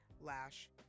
Lash